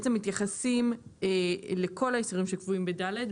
בעצם מתייחסים לכל האיסורים שקבועים ב-ד',